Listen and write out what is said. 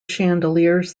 chandeliers